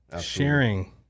Sharing